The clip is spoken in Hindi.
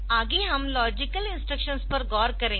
आगे हम लॉजिकल इंस्ट्रक्शंस पर गौर करेंगे